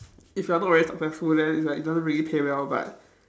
if you are not really successful then it's like it doesn't really pay well but